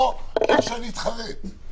או אפשר להתחרט.